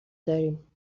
داریم